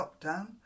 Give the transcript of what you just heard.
lockdown